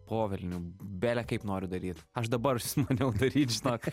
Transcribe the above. po velnių bele kaip noriu daryt aš dabar užsimaniau daryt žinok